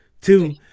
two